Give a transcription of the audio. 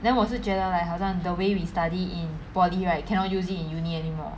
then 我是觉得 like 好像 the way we study in poly right cannot use it in uni anymore